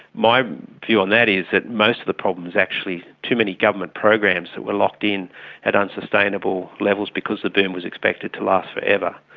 my view on that is that most of the problem is actually too many government programs that were locked in at unsustainable levels because the boom was expected to last forever.